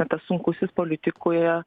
tas sunkusis politikui